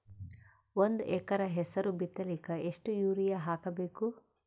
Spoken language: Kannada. ಒಂದ್ ಎಕರ ಹೆಸರು ಬಿತ್ತಲಿಕ ಎಷ್ಟು ಯೂರಿಯ ಹಾಕಬೇಕು?